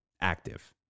active